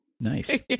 Nice